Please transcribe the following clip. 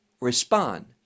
respond